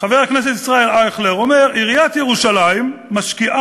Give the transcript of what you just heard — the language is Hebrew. חבר הכנסת ישראל אייכלר אומר ככה: "עיריית ירושלים משקיעה